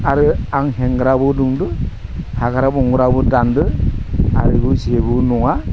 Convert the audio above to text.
आरो आं हेंग्राबो दोन्दो हाग्रा बंग्राबो दान्दो आरो बे जेबो नङा